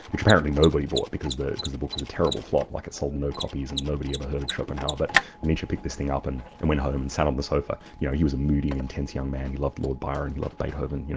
which apparently nobody bought because the because the book was a terrible flop, like it sold no copies and nobody ever heard of schopenhauer. but nietzsche picked this thing up and and went home and sat on the sofa. you know, he was a moody, and intense young man, he loved lord byron, he loved beethoven, you know